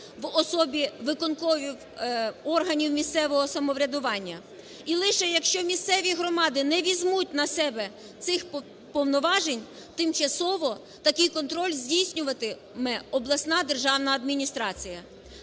в особі виконкомів органів місцевого самоврядування. І лише якщо місцеві громади не візьмуть на себе цих повноважень, тимчасово такий контроль здійснюватиме обласна державна адміністрація.